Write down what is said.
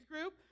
group